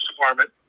Department